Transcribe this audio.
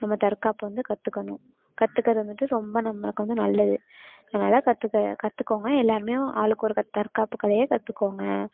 நம்ம தற்காப்பு வந்து கற்றுக்கணும் கற்றுக்கறது வந்துட்டு ரொம்ப நம்மளுக்கு வந்து நல்லது அதனால் கற்றுக்க கற்றுக்கோங்க எல்லாேருமே ஆளுக்கு ஒரு கத் தற்காப்புக் கலையை கற்றுக்கோங்க